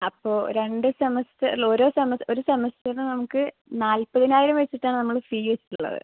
അപ്പോൾ രണ്ട് സെമസ്റ്റർ ല്ല ഓരോ സെമ ഒരു സെമസ്റ്ററിന് നമുക്ക് നാൽപ്പതിനായിരം വെച്ചിട്ടാണ് നമ്മൾ ഫീസുള്ളത്